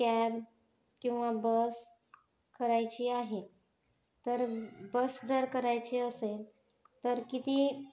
cab किंवा bus करायची आहे तर बस जर करायची असेल तर किती